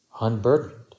unburdened